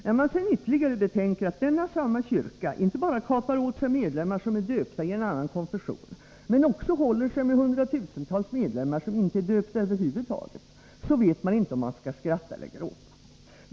När man ytterligare betänker att denna samma kyrka inte bara kapar åt sig medlemmar som är döpta i en annan konfession, men också håller sig med hundratusentals medlemmar som inte är döpta över huvud taget, vet man inte om man skall skratta eller gråta.